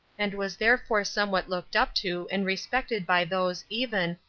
and was therefore somewhat looked up to and respected by those, even,